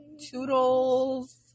Toodles